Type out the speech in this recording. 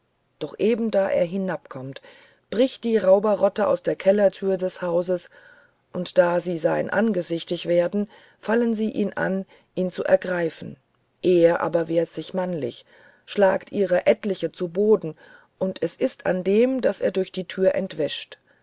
doch eben wie er hinab kommt bricht die rauberrott aus der kellerthür in das haus und da sy sein ansichtig werden fallen sy jn an jn zu greifen er aber wehrt sich mannlich schlagt ihrer etzliche zu boden und es ist andem daß er durch die thür entwischt